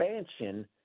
expansion